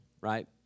right